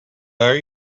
are